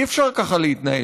אי-אפשר ככה להתנהל.